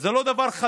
אז זה לא דבר חדש